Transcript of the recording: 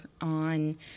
on